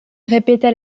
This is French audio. répéta